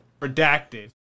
Redacted